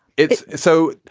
it's so.